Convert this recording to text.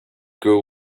girl